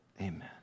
Amen